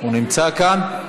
הוא נמצא כאן?